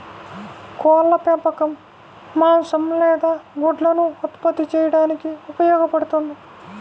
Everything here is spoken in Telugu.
కోళ్ల పెంపకం మాంసం లేదా గుడ్లను ఉత్పత్తి చేయడానికి ఉపయోగపడుతుంది